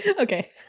okay